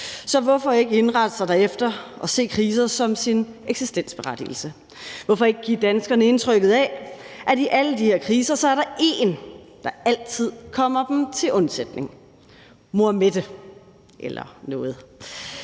Så hvorfor ikke indrette sig derefter og se kriser som sin eksistensberettigelse? Hvorfor ikke give danskerne indtrykket af, at i alle de her kriser er der en, der altid kommer dem til undsætning – mor Mette, eller noget?